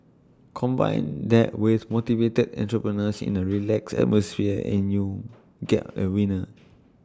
combine that with motivated entrepreneurs in A relaxed atmosphere and you got A winner